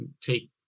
take